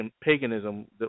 paganism